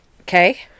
Okay